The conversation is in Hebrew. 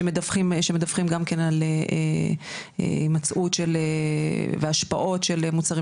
שמדווחים גם כן על המצאות והשפעות של מוצרים